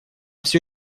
все